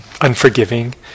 unforgiving